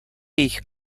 jich